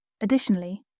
Additionally